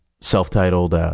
self-titled